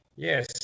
Yes